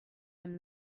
him